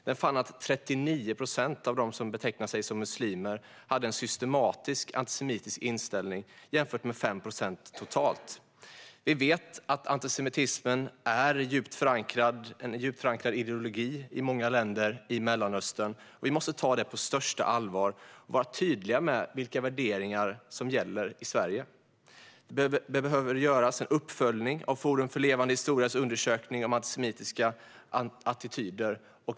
Man fann att 39 procent av dem som betecknar sig som muslimer hade en systematisk antisemitisk inställning jämfört med totalt 5 procent. Vi vet att antisemitismen är en djupt förankrad ideologi i många länder i Mellanöstern. Vi måste ta det på största allvar och vara tydliga med vilka värderingar som gäller i Sverige. Man behöver göra en uppföljning av Forum för levande historias undersökning om antisemitiska attityder.